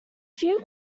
few